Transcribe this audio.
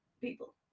people